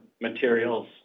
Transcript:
materials